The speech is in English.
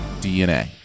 DNA